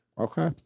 Okay